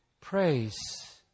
praise